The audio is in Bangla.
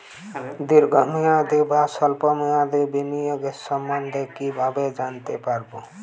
দীর্ঘ মেয়াদি বা স্বল্প মেয়াদি বিনিয়োগ সম্বন্ধে কীভাবে জানতে পারবো?